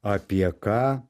apie ką